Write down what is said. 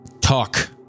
Talk